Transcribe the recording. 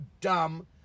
dumb